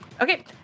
Okay